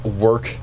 work